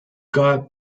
got